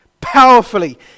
Powerfully